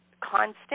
constant